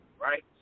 right